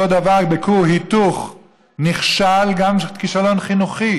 דבר בכור היתוך נכשל גם כישלון חינוכי.